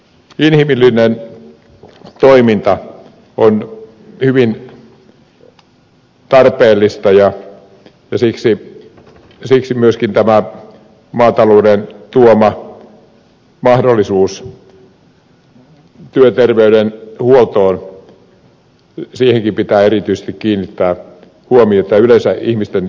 inhimillinen toiminta on hyvin tarpeellista ja siksi myöskin viljelijöiden mahdollisuuteen työterveyshuoltoon pitää erityisesti kiinnittää huomiota ja yleensä ihmisten jaksamiseen